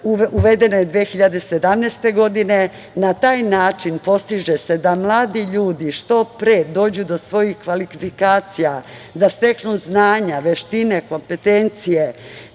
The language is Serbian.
uveden 2017. godine. Na taj način se postiže da mladi ljudi što pre dođu do svojih kvalifikacija, da steknu znanja, veštine, kompetencije.